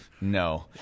No